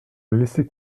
laissez